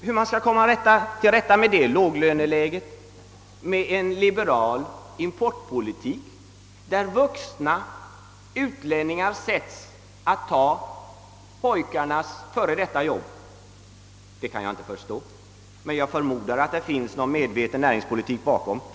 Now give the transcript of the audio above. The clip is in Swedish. Hur man skall komma till rätta med detta låglöneläge genom att föra en liberal importpolitik, där vuxna utlänningar sätts att sköta pojkarnas tidigare jobb kan jag inte förstå. Men jag förmodar att det ligger någon medveten näringspolitik bakom.